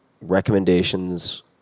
recommendations